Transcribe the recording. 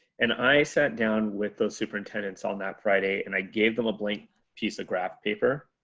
and i sat down with those superintendents on that friday. and i gave them a blank piece of graph paper.